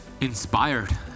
inspired